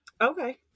Okay